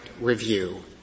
review